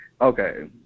okay